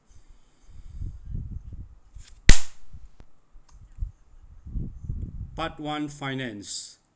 part one finance